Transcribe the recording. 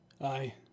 Aye